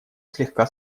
слегка